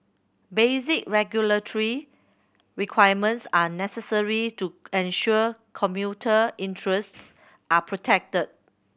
basic regulatory requirements are necessary to ensure commuter interests are protected